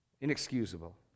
Inexcusable